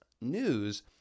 News